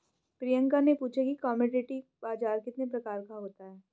प्रियंका ने पूछा कि कमोडिटी बाजार कितने प्रकार का होता है?